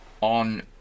on